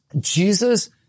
Jesus